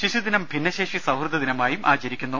ശിശുദിനം ഭിന്നശേഷി സൌഹൃദ ദിനമായും ആചരിക്കുന്നു